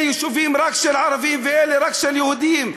יישובים רק של ערבים ואלה רק של יהודים,